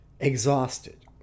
exhausted